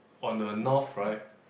on the North right